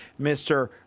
Mr